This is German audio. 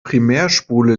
primärspule